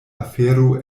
afero